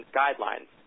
guidelines